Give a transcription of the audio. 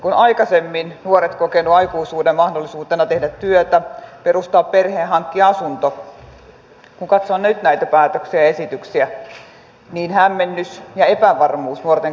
kun aikaisemmin nuoret ovat kokeneet aikuisuuden mahdollisuutena tehdä työtä perustaa perhe ja hankkia asunto niin kun katsoo nyt näitä päätöksiä ja esityksiä hämmennys ja epävarmuus nuorten keskuudessa on aika suurta